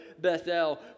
Bethel